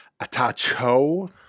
Atacho